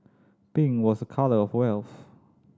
pink was a colour of health